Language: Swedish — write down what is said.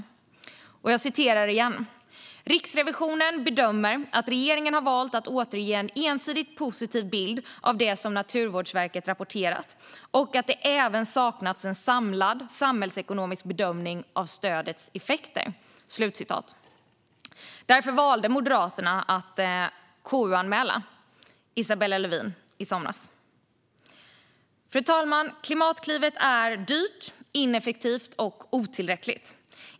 Riksrevisionen skriver följande: "Riksrevisionen bedömer att regeringen har valt att återge en ensidigt positiv bild av det som Naturvårdsverket rapporterat, och att det även saknats en samlad samhällsekonomisk bedömning av stödets effekter." Därför valde Moderaterna att KU-anmäla Isabella Lövin i somras. Fru talman! Klimatklivet är dyrt, ineffektivt och otillräckligt.